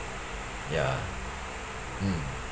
ya mm